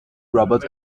robert